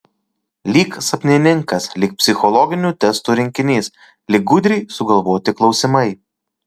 lyg sapnininkas lyg psichologinių testų rinkinys lyg gudriai sugalvoti klausimai